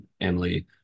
Emily